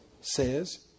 says